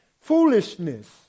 foolishness